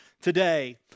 today